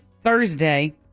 Thursday